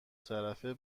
طرفه